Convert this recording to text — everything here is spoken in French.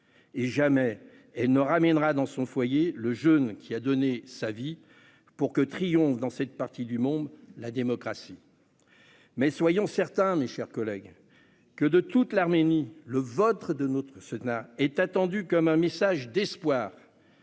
Jamais elle ne ramènera dans son foyer le jeune qui a donné sa vie pour que triomphe dans cette partie du monde la démocratie ! Mes chers collègues, soyons certains que dans toute l'Arménie le vote de notre Sénat est attendu comme un message d'espoir